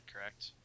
correct